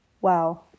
wow